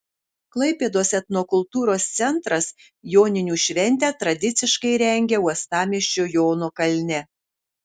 klaipėdos etnokultūros centras joninių šventę tradiciškai rengia uostamiesčio jono kalne